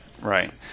right